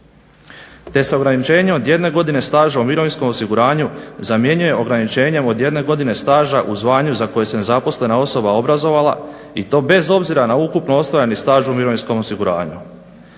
te se ograničenjem od 1 godine staža u mirovinskom osiguranju zamjenjuje ograničenjem od 1 godine staža u zvanju za koje se nezaposlena osoba obrazovala i to bez obzira na ukupno ostvareni staž u mirovinskom osiguranju.